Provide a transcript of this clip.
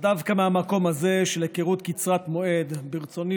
ודווקא מהמקום הזה של היכרות קצרת מועד ברצוני